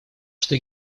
что